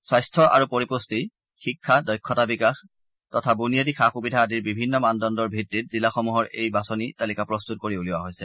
স্বাস্থ্য আৰু পৰিপু্টি শিক্ষা দক্ষতা বিকাশ তথা বুনিয়াদী সা সুবিধা আদিৰ বিভিন্ন মানদণ্ডৰ ভিওিত জিলাসমূহৰ এই বাছনি তালিকা প্ৰস্তুতি কৰি উলিওৱা হৈছে